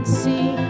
see